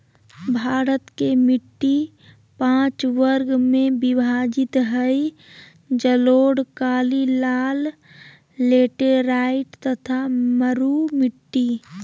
भारत के मिट्टी पांच वर्ग में विभाजित हई जलोढ़, काली, लाल, लेटेराइट तथा मरू मिट्टी